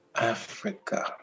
Africa